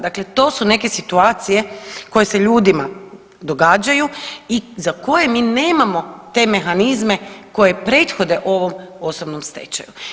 Dakle to su neke situacije koje se ljudima događaju i za koje mi nemamo te mehanizme koje prethode ovom osobnom stečaju.